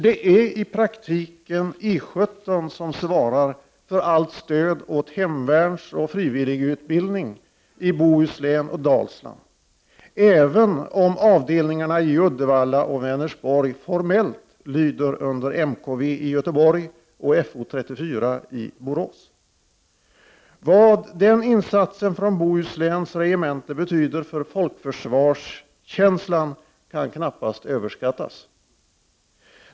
Det är i praktiken I 17 som svarar för allt stöd åt hemvärnsoch frivilligutbildning i Bohuslän och Dalsland, även om avdelningarna i Uddevalla och Vänersborg formellt lyder under MKV i Göteborg och Fo 34 i Borås. Vad den insatsen från Bohusläns regemente betyder för folkförsvarskänslan kan knappast överskattas.